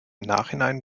nachhinein